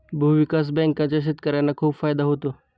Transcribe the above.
भूविकास बँकांचा शेतकर्यांना खूप फायदा होतो